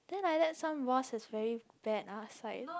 then like that some boss is very bad ah is like